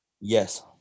yes